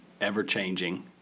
ever-changing